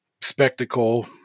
spectacle